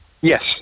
yes